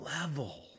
level